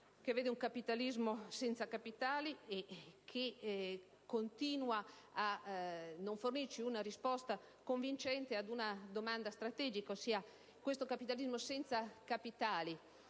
che vede un capitalismo senza capitali, che continua a non fornirci una risposta convincente ad una domanda strategica. Questo capitalismo senza capitali